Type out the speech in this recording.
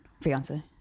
fiance